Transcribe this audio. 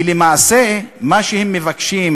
כי למעשה, מה שהם מבקשים,